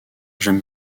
j’aime